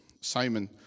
Simon